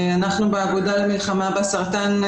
אנחנו באגודה למלחמה בסרטן,